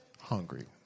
hungry